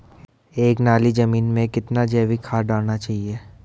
एक नाली जमीन में कितना जैविक खाद डालना चाहिए?